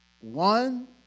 One